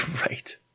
right